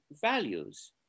values